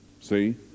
See